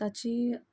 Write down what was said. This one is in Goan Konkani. ताची